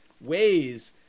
ways